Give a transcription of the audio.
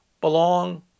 belong